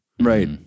Right